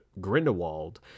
Grindelwald